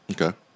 Okay